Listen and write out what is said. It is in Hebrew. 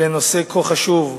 לנושא כה חשוב,